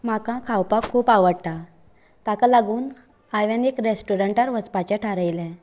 म्हाका खावपाक खूब आवडटा ताका लागून हांवेन एक रेस्टोरंटांत वचपाचें थारायलें